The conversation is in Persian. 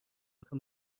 آخه